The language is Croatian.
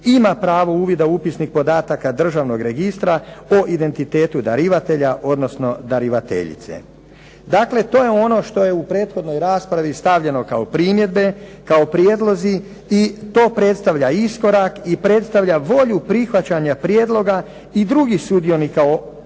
ima pravo uvida u upisnik podataka državnog registra o identitetu darivatelja odnosno darivateljice. Dakle, to je ono što je u prethodnoj raspravi stavljeno kao primjedbe, kao prijedlozi i to predstavlja iskorak i predstavlja volju prihvaćanja prijedloga i drugih sudionika ove